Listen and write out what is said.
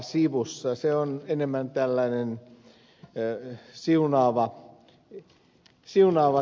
se on enemmän tällainen siunaava toimija